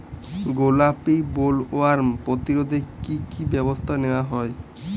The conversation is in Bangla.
গোলাপী বোলওয়ার্ম প্রতিরোধে কী কী ব্যবস্থা নেওয়া হয়?